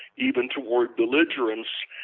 even toward belligerence,